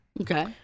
okay